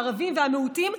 הערבים והמיעוטים,